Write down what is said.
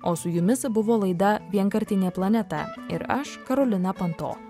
o su jumis buvo laida vienkartinė planeta ir aš karolina panto